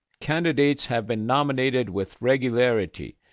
candidates have been nominated with regularity,